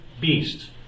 beasts